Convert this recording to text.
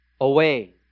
away